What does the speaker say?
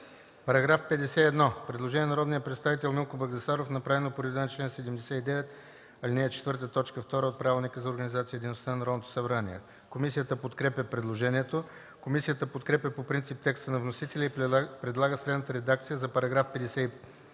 По § 51 има предложение от народния представител Милко Багдасаров, направено по реда на чл. 79, ал. 4, т. 2 от Правилника за организацията и дейността на Народното събрание. Комисията подкрепя предложението. Комисията подкрепя по принцип текста на вносителя и предлага следната редакция за § 51,